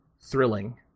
Thrilling